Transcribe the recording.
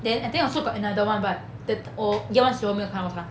then I think also got another one but that 我 year one 时候没有看过他